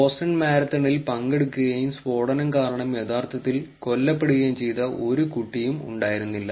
Boston മാരത്തണിൽ പങ്കെടുക്കുകയും സ്ഫോടനം കാരണം യഥാർത്ഥത്തിൽ കൊല്ലപ്പെടുകയും ചെയ്ത ഒരു കുട്ടിയും ഉണ്ടായിരുന്നില്ല